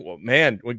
man